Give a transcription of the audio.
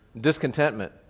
discontentment